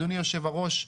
אדוני היושב-ראש,